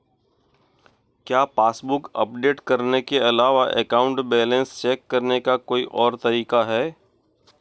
क्या passbook update करने के अलावा अकाउंट बैलेंस चेक करने का कोई और तरीका है?